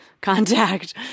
contact